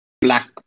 black